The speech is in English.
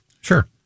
Sure